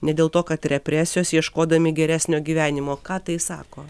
ne dėl to kad represijos ieškodami geresnio gyvenimo ką tai sako